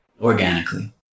organically